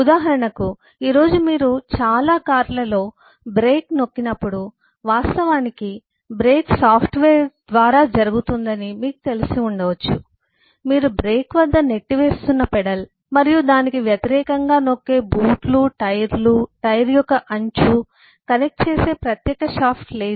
ఉదాహరణకు ఈ రోజు మీరు చాలా కార్లలో బ్రేక్ నొక్కినపుడు వాస్తవానికి బ్రేక్ సాఫ్ట్వేర్ ద్వారా జరుగుతుందని మీకు తెలిసి ఉండవచ్చు మీరు బ్రేక్ వద్ద నెట్టివేస్తున్న పెడల్ మరియు దానికి వ్యతిరేకంగా నొక్కే బూట్లు టైర్లు టైర్ యొక్క అంచు కనెక్ట్ చేసే ప్రత్యక్ష షాఫ్ట్ లేదు